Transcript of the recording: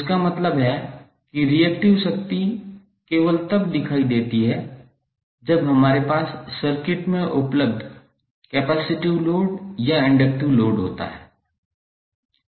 तो इसका मतलब है कि रिएक्टिव शक्ति केवल तब दिखाई देती है जब हमारे पास सर्किट में उपलब्ध कैपेसिटिव लोड या इंडक्टिव लोड होता है